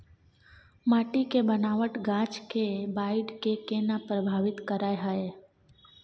माटी के बनावट गाछ के बाइढ़ के केना प्रभावित करय हय?